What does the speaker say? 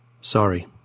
Sorry